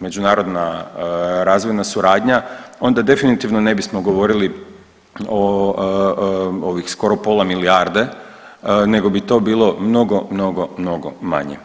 međunarodna razvojna suradnja onda definitivno ne bismo govorili o ovih skora pola milijarde nego bi to bilo mnogo, mnogo, mnogo manje.